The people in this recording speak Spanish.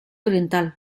oriental